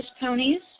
ponies